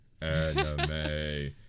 anime